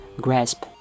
grasp